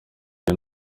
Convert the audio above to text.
iyo